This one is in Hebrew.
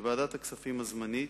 בוועדת הכספים הזמנית,